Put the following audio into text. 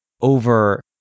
over